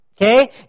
Okay